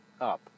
up